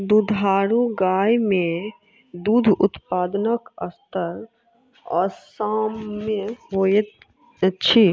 दुधारू गाय मे दूध उत्पादनक स्तर असामन्य होइत अछि